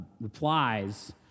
replies